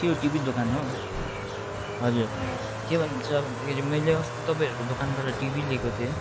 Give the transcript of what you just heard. के यो टिभी दोकान हो हजुर के भन्छ भन्दाखेरि मैले अस्ति तपाईँहरूको दोकानबाट टिभी लिएको थियो